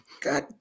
God